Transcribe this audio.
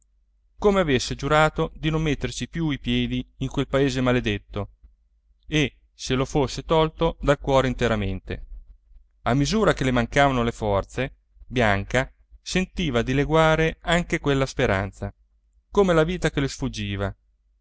come avesse giurato di non metterci più i piedi in quel paese maledetto e se lo fosse tolto dal cuore interamente a misura che le mancavano le forze bianca sentiva dileguare anche quella speranza come la vita che le sfuggiva